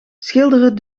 schilderen